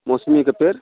मौसमीके पेड़